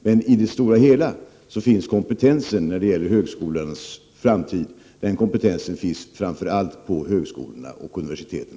Men i det stora hela finns kompetensen när det gäller högskolans framtid framför allt på högskolorna och universiteten.